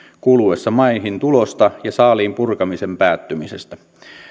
kuluessa maihintulosta ja saaliin purkamisen päättymisestä